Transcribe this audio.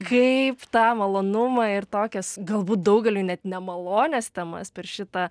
kaip tą malonumą ir tokias galbūt daugeliui net nemalonias temas per šitą